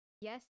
yes